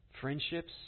friendships